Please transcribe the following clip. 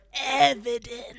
evidence